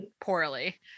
poorly